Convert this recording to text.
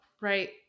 right